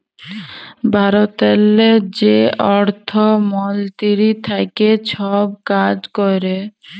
ভারতেরলে যে অর্থ মলতিরি থ্যাকে ছব কাজ ক্যরে